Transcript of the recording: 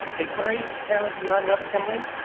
bigquery, apparently can run webassembly,